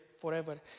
forever